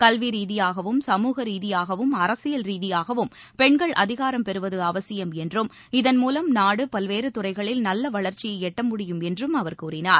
கல்வி ரீதியாகவும் சமூக ரீதியாகவும் அரசியல் ரீதியாகவும் பெண்கள் அதிகாரம் பெறுவது அவசியம் என்றும் இதன்மூலம் நாடு பல்வேறு துறைகளில் நல்ல வளர்ச்சியை எட்ட முடியும் என்றும் அவர் கூறினார்